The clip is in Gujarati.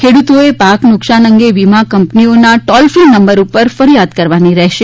ખેડૂતોએ પાક નુકસાન અંગે વીમા કંપનીઓના ટોલ ફી નંબર પર ફરિયાદ કરવાની રહેશે